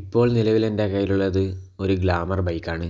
ഇപ്പോൾ നിലവിൽ എൻറ്റെ കൈയിലുള്ളത് ഒരു ഗ്ലാമർ ബൈക്കാണ്